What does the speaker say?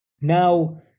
Now